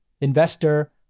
investor